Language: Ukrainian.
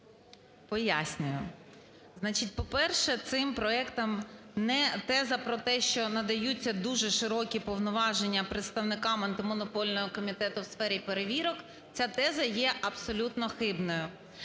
Значить, по-перше, цим проектом теза про те, що надаються дуже широкі повноваження представникам Антимонопольного комітету в сфері перевірок, ця теза є абсолютно хибною.